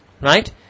Right